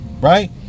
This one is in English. Right